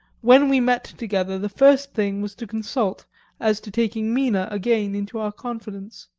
when we met together, the first thing was to consult as to taking mina again into our confidence.